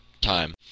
time